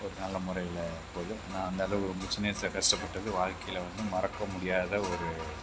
இப்போ நல்லமுறையில் போகுது ஆனால் அந்தளவு வந்து சின்ன வயசில் கஷ்டப்பட்டது வாழ்க்கையில் வந்து மறக்கமுடியாத ஒரு